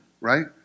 right